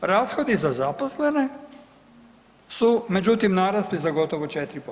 Rashodi za zaposlene su međutim narasli za gotovo 4%